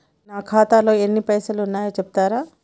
నా ఖాతాలో ఎన్ని పైసలు ఉన్నాయి చెప్తరా?